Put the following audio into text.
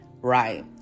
Right